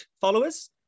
followers